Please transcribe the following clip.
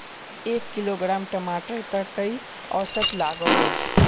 एक किलोग्राम टमाटर त कई औसत लागोहो?